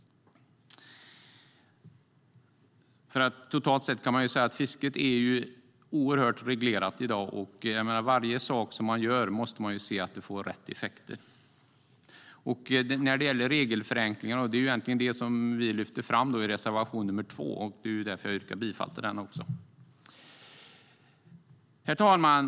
Man kan säga att fisket totalt sett är oerhört reglerat i dag. Man måste se att varje sak man gör får rätt effekter. Vi lyfter fram regelförenklingar i reservation 2, som jag yrkar bifall till. Herr talman!